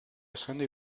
essendo